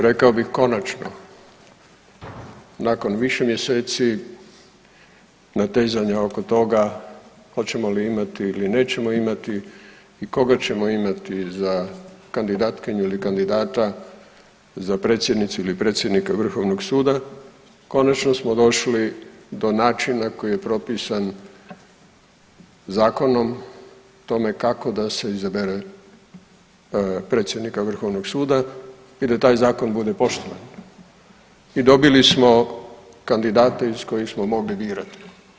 Rekao bih konačno nakon više mjeseci natezanja oko toga hoćemo li imati ili nećemo imati i koga ćemo imati za kandidatkinju ili kandidata za predsjednicu ili predsjednika vrhovnog suda, konačno smo došli do načina koji je propisan zakonom o tome kako da se izabere predsjednika vrhovnog suda i da taj zakon bude poštovan i dobili smo kandidata iz kojeg smo mogli birati.